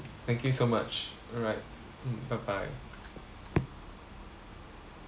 thank you so much alright mm bye bye